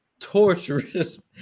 torturous